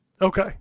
Okay